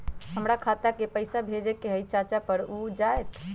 हमरा खाता के पईसा भेजेए के हई चाचा पर ऊ जाएत?